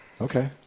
Okay